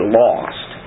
lost